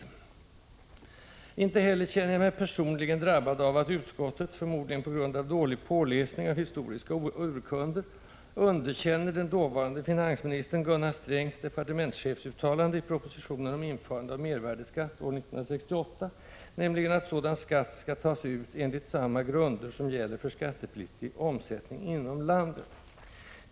Anslag till tullverket Inte heller känner jag mig personligen drabbad av att utskottet — förmodligen på grund av dålig påläsning av historiska urkunder — underkänner den dåvarande finansministern Gunnar Strängs departementschefsuttalande i propositionen om införandet av mervärdeskatten år 1968, nämligen att sådan skatt vid införsel skall tas ut ”enligt samma grunder som gäller för skattepliktig omsättning inom landet”.